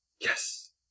Yes